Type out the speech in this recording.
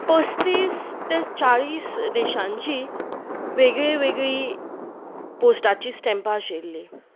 पस्तीस ते चाळीस देशांची वेगळीं वेगळी पोस्टाची स्टेम्पा आशिल्ली